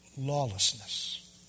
lawlessness